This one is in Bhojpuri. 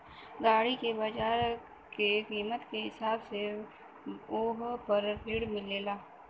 गाड़ी के बाजार के कीमत के हिसाब से वोह पर ऋण मिलेला